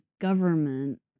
government